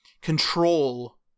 control